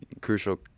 crucial